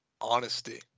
honesty